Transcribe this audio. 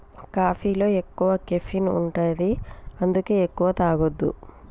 కాఫీలో ఎక్కువ కెఫీన్ ఉంటది అందుకే ఎక్కువ తాగొద్దు